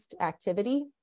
activity